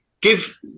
give